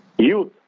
Youth